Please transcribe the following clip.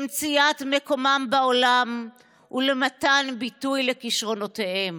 למציאת מקומם בעולם ולמתן ביטוי לכישרונותיהם.